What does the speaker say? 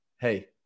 hey